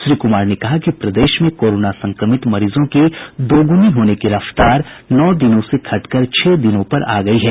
श्री कुमार ने कहा कि प्रदेश में कोरोना संक्रमित मरीजों की दोगुनी होने की रफ्तार नौ दिनों से घटकर छह दिनों पर आ गयी है